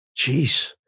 Jeez